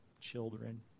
children